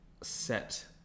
set